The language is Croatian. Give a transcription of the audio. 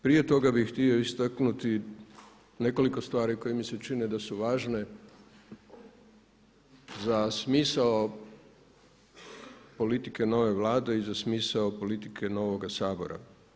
Prije toga bih htio istaknuti nekoliko stvari koje mi se čine da su važne za smisao politike nove Vlade i za smisao politike novoga Sabora.